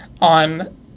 on